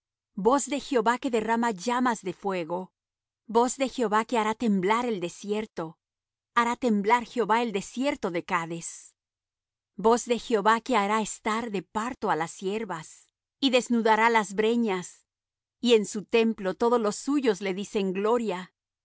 voz de jehová que derrama llamas de fuego voz de jehová que hará temblar el desierto hará temblar jehová el desierto de cades voz de jehová que hará estar de parto á las ciervas y desnudará la breñas y en su templo todos los suyos le dicen gloria